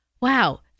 wow